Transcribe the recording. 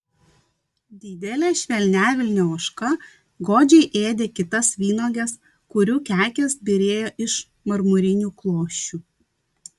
didelė švelniavilnė ožka godžiai ėdė kitas vynuoges kurių kekės byrėjo iš marmurinių klosčių